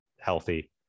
healthy